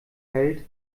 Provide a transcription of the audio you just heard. hält